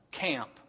camp